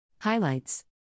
Highlights